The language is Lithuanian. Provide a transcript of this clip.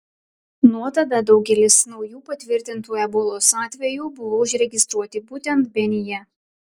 nuo tada daugelis naujų patvirtintų ebolos atvejų buvo užregistruoti būtent benyje